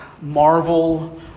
Marvel